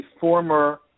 former